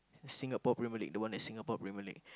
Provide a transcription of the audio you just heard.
Singapore-Premier-League the one that Singapore-Premier-League